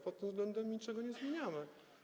Pod tym względem niczego nie zmieniamy.